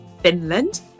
Finland